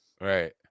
Right